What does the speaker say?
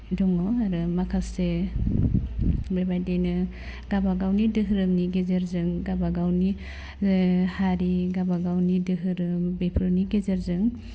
दङ आरो माखासे बेबायदिनो गावबागावनि दोहोरोमनि गेजेरजों गाबागावनि हारि गाबागावनि दोहोरोम बेफोरनि गेजेरजों